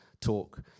talk